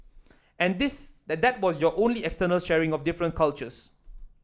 and this that was your only external sharing of different cultures